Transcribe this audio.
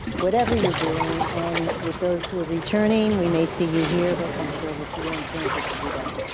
whatever you're doing. and with those who are returning, we may see you here, but i'm sure we'll see you on campus if we don't.